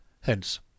Hence